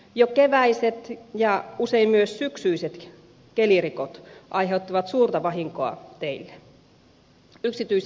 jo keväiset ja usein myös syksyiset kelirikot aiheuttavat suurta vahinkoa teille